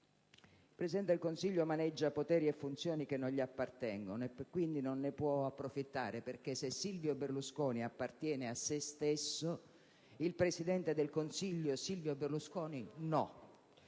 Il Presidente del Consiglio maneggia poteri e funzioni che non gli appartengono e quindi non ne può approfittare, perché se Silvio Berlusconi appartiene a se stesso, il presidente del Consiglio Silvio Berlusconi, no.